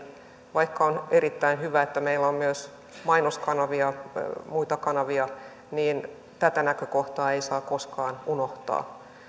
vaikka on erittäin hyvä että meillä on myös mainoskanavia muita kanavia niin tätä näkökohtaa ei saa koskaan unohtaa